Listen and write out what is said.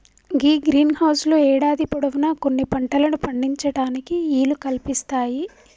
గీ greenhouse లు యేడాది పొడవునా కొన్ని పంటలను పండించటానికి ఈలు కల్పిస్తాయి